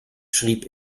schrieb